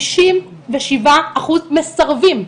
ששים ושבעה אחוז מסרבים.